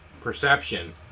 perception